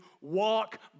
walk